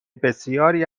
بسیاری